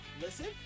Listen